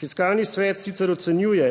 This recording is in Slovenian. Fiskalni svet sicer ocenjuje,